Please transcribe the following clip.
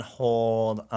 hold